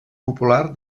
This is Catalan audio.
popular